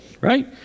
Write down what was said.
right